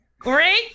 great